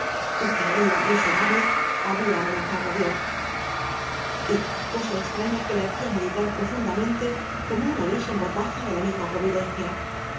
y que él miserable habia amenazado á dios y cosa estrafia que le hacia meditar profundamente como un aviso en voz baja de la misma providencia